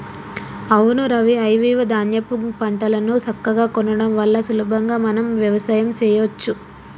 అవును రవి ఐవివ ధాన్యాపు పంటలను సక్కగా కొనడం వల్ల సులభంగా మనం వ్యవసాయం సెయ్యచ్చు